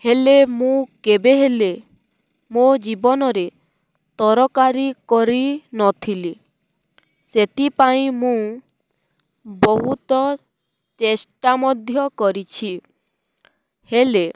ହେଲେ ମୁଁ କେବେ ହେଲେ ମୋ ଜୀବନରେ ତରକାରୀ କରିନଥିଲି ସେଥିପାଇଁ ମୁଁ ବହୁତ ଚେଷ୍ଟା ମଧ୍ୟ କରିଛି ହେଲେ